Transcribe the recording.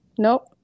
Nope